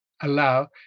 allow